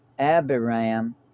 Abiram